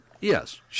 Yes